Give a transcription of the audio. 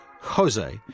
Jose